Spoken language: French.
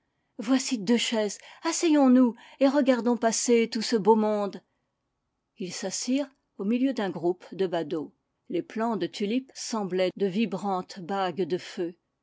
voici deux chaises asseyons-nous et regardons passer tout ce beau monde ils s'assirent au milieu d'un groupe de badauds les plants de tulipes semblaient de vibrantes bagues de feu